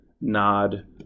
nod